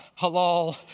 halal